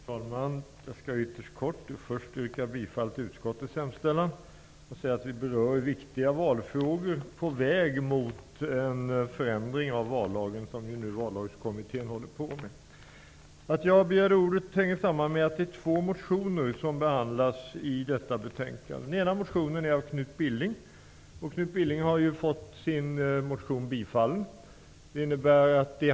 Herr talman! Jag skall fatta mig mycket kort och börjar med att yrka bifall till utskottets hemställan. Vi berör viktiga valfrågor på väg mot den förändring av vallagen som Vallagskommittén arbetar med. Jag begärde ordet med anledning av två av de motioner som behandlas i betänkandet. Den ena motionen är väckt av Knut Billing. Han har fått sin motion bifallen.